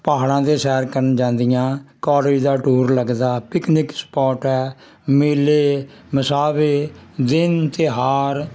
ਪਹਾੜਾਂ ਦੇ ਸੈਰ ਕਰਨ ਜਾਂਦੀਆਂ ਕਾਲਜ ਦਾ ਟੂਰ ਲੱਗਦਾ ਪਿਕਨਿਕ ਸਪੋਟ ਹੈ ਮੇਲੇ ਮਸਾਵੇ ਦਿਨ ਤਿਉਹਾਰ